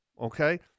Okay